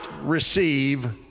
receive